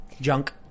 junk